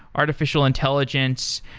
artificial intelligence.